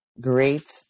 Great